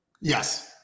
yes